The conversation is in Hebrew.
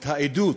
את העדות